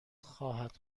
خواهد